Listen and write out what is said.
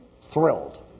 thrilled